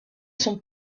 sont